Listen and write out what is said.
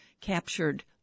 captured